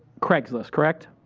craigslist, correct?